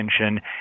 attention